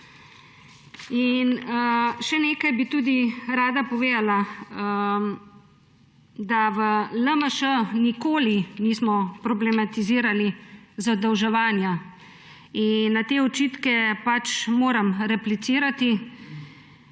In še nekaj bi tudi rada povedala, da v LMŠ nikoli nismo problematizirali zadolževanja in na te očitke moram replicirati